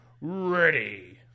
ready